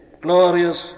glorious